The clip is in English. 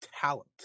talent